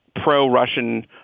pro-Russian